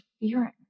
interfering